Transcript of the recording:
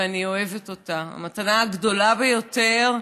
ואני אוהבת אותה, המתנה הגדולה ביותר,